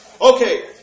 Okay